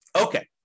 Okay